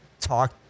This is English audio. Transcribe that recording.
talk